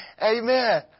amen